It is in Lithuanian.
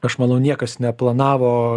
aš manau niekas neplanavo